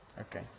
Okay